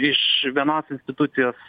iš vienos institucijos